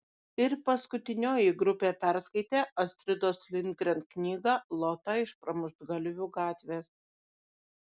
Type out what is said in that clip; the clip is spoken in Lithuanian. ir paskutinioji grupė perskaitė astridos lindgren knygą lota iš pramuštgalvių gatvės